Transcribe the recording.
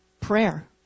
prayer